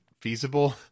feasible